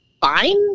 fine